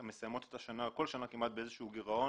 הן מסיימות כל שנה כמעט באיזשהו גירעון.